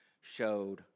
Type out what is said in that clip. showed